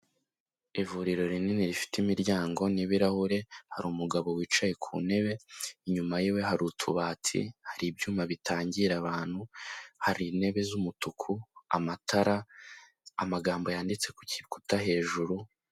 Ivuriro rinini rifite imiryango n'ibirahure, hari umugabo wicaye ku ntebe, inyuma yiwe hari utubati, hari ibyuma bitangira abantu, hari intebe z'umutuku, amatara, amagambo yanditse ku gikuta hejuru.